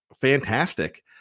fantastic